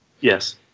Yes